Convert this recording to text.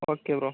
okay bro